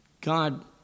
God